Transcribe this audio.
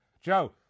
Joe